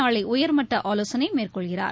நாளை உயர்மட்ட ஆலோசனை மேற்கொள்கிறார்